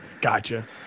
Gotcha